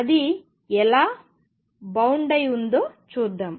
అది ఎలా బౌండ్ అయి ఉందో చూద్దాం